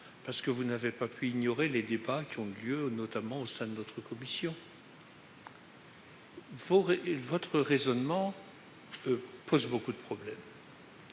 effet, vous n'avez pas pu ignorer les débats qui ont eu lieu notamment au sein de notre commission. Votre raisonnement pose de nombreux problèmes.